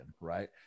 right